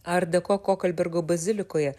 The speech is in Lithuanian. art deko kokalbergo bazilikoje